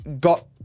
got